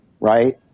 right